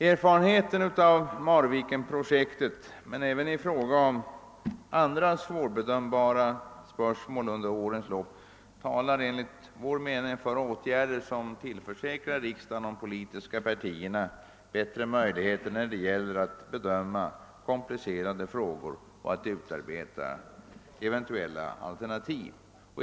Erfarenheterna av Marvikenprojektet men även i fråga om andra svårbedömbara spörsmål under årens lopp talar enligt vår mening för åtgärder som tillförsäkrar riksdagen och de politiska partierna bättre möjligheter att bedöma komplicerade frågor och att utarbeta eventuella alternativ.